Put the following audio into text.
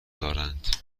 دارند